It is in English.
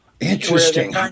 Interesting